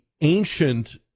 ancient